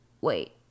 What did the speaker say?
wait